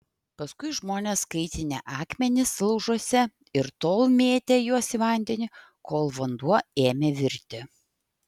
paskui žmonės kaitinę akmenis laužuose ir tol mėtę juos į vandenį kol vanduo ėmė virti